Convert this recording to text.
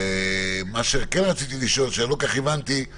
מה שכן רציתי לשאול ולא כל כך הבנתי זה